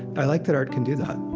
i like that art can do that.